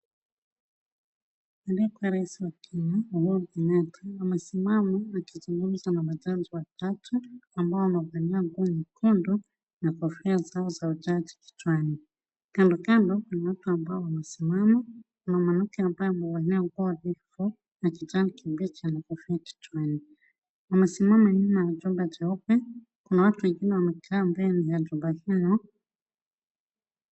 Aliyekuwa rais wa Kenya Uhuru Kenyatta amesimama akizungumza na majaji watatu, ambao wamevalia nguo nyekundu na kofia zao za ujaji kichwani. Kando kando kuna watu ambao wamesimama. Kuna mwanamke ambaye amevalia nguo ndefu ya kijani bichi hadi kichwani. Amesimama nyuma ya jumba jeupe. Kuna watu wengine wamekaa mbele ya jumba hilo.